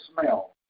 smell